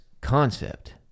concept